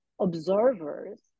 observers